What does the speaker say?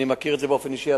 אני מכיר את זה באופן אישי,